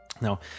Now